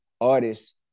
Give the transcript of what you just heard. artists